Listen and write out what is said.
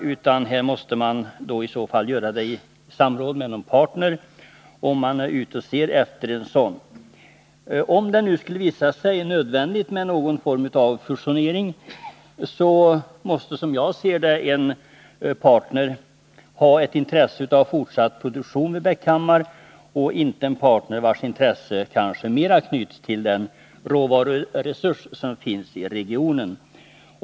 Det måste i så fall ske tillsammans med någon partner, och man ser sig om efter en sådan. Om det skulle visa sig nödvändigt med någon form av fusionering, måste, som jag ser det, en partner ha ett intresse av fortsatt produktion i Bäckhammar. Det får inte vara en partner vars intresse kanske mer knyts till den råvaruresurs som finns i regionen.